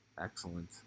Excellent